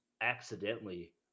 accidentally